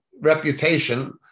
reputation